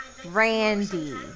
Randy